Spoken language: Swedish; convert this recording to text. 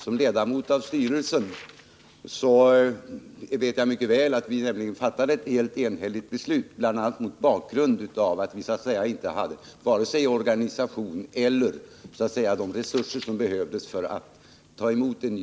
Som ledamot av styrelsen vet jag mycket väl att vi fattade ett helt enhälligt beslut, och det gjorde vi bl.a. mot bakgrund av att vi inte hade vare sig organisationen eller de resurser som behövdes för att ta emot en ny